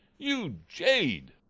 you jade!